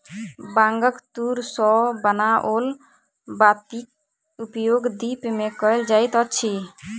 बांगक तूर सॅ बनाओल बातीक उपयोग दीप मे कयल जाइत अछि